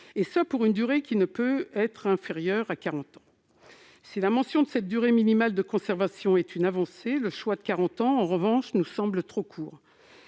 et ce pour une durée qui ne peut être inférieure à 40 ans. Si la mention d'une durée minimale de conservation constitue une avancée, la durée retenue, de 40 ans, nous semble trop courte.